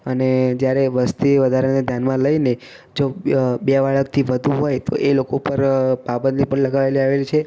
અને જ્યારે વસ્તી વધારાને ધ્યાનમાં લઈને જો બે બાળકથી વધુ હોય તો એ લોકો પર પાબંધી પણ લગાવેલી આવેલી છે